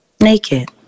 Naked